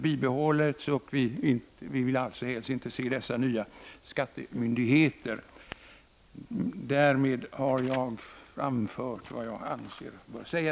Vi vill helst inte se dessa uppgifter hos skattemyndigheterna,